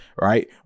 Right